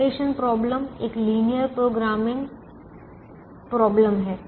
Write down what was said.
परिवहन समस्या एक लीनियर प्रोग्रामिंग समस्या है